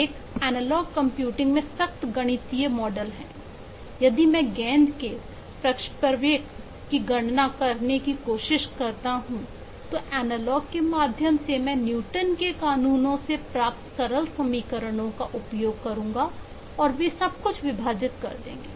एक analogue computing में सख्त गणितीय मॉडल है यदि मैं गेंद के प्रक्षेपवक्र की गणना करने की कोशिश करता हूं तो एनालॉग के माध्यम से मैं न्यूटन के कानूनों से प्राप्त सरल समीकरणों का उपयोग करूंगा और वे सब कुछ विभाजित कर देंगे